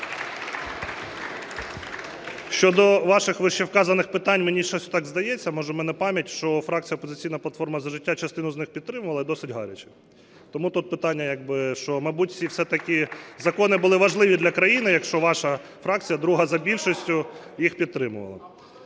Щодо ваших вищевказаних питань, мені щось так здається, може, в мене пам'ять, що фракція "Опозиційна платформа – За життя" частину з них підтримувала і досить гаряче. Тому тут питання, що, мабуть, всі все-таки закони були важливі для країни, якщо ваша фракція, друга за більшістю, їх підтримувала.